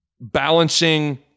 balancing